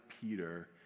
Peter